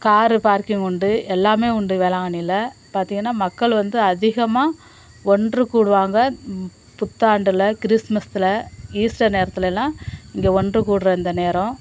car parking உண்டு எல்லாமே உண்டு வேளாங்கண்ணியில பார்த்திங்கன்னா மக்கள் வந்து அதிகமாக ஒன்று கூடுவாங்க புத்தாண்டில் கிறிஸ்மஸ்ல ஈஸ்டர் நேரத்திலலாம் இங்கே ஒன்று கூட்டுற இந்த நேரம்